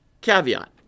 Caveat